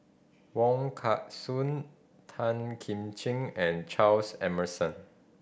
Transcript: Wong Kah Chun Tan Kim Ching and Charles Emmerson